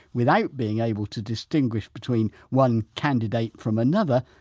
without being able to distinguish between one candidate from another,